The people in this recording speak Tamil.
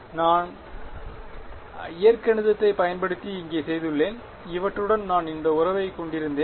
எனவே நான் இயற்கணிதத்தை பயன்படுத்தி இங்கே செய்துள்ளேன் இவற்றுடன் நான் இந்த உறவைக் கொண்டிருந்தேன்